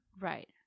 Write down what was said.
Right